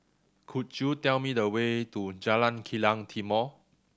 could you tell me the way to Jalan Kilang Timor